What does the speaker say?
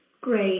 Great